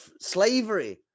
slavery